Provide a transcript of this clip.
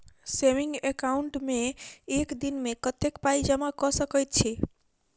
Saving account मे एक दिनमे कतेक पाई जमा कऽ सकैत छी?